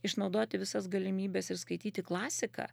išnaudoti visas galimybes ir skaityti klasiką